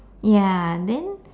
ya then